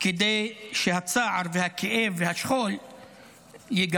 כדי שהצער, הכאב והשכול ייגמרו.